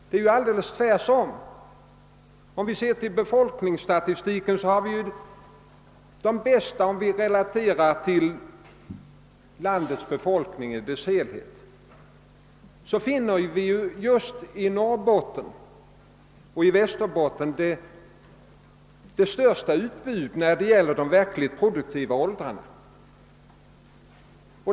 Verkligheten är helt annorlunda. Befolkningsstatistiken visar att i relation till befolkningen i landet i dess helhet finns flest människor i de produktiva åldrarna just i Norrbotten och Västerbotten.